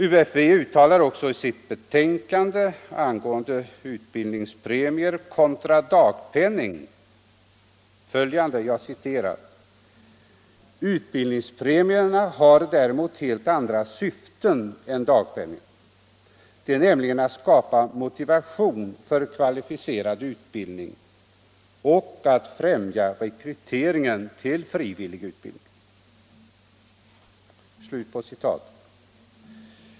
UFV uttalar i sitt betänkande angående utbildningspremier kontra dagpenning följande: ”Utbildningspremierna har däremot helt annat syfte” —- än dagpenningen —- ”nämligen att skapa motivation för kvalificerad utbildning och att främja rekryteringen till frivillig utbildning”.